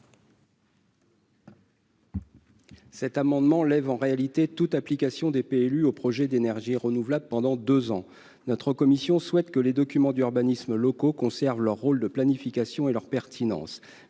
cet amendement lèverait en réalité toute application des PLU aux projets d'énergie renouvelable pendant deux ans. La commission souhaite que les documents d'urbanisme locaux conservent leur rôle de planification et leur pertinence.